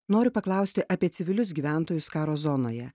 noriu paklausti apie civilius gyventojus karo zonoje